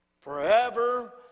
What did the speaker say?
Forever